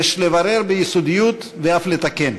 יש לברר ביסודיות ואף לתקן,